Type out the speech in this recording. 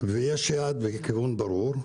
ויש יעד וכיוון ברור.